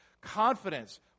confidence